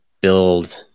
build